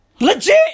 Legit